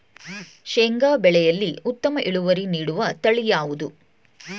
ಶೇಂಗಾ ಬೆಳೆಯಲ್ಲಿ ಉತ್ತಮ ಇಳುವರಿ ನೀಡುವ ತಳಿ ಯಾವುದು?